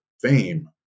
fame